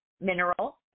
mineral